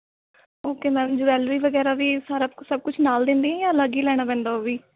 okay ma'am jewellery ਵਗੈਰਾ ਵੀ ਸਾਰਾ ਕੁ ਸਭ ਕੁਛ ਨਾਲ ਦਿੰਦੇ ਹੈ ਜਾਂ ਅਲੱਗ ਹੀ ਲੈਣਾ ਪੈਂਦਾ ਉਹ ਵੀ